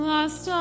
Lost